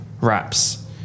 wraps